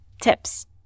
tips